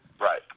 Right